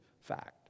fact